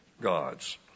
gods